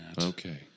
Okay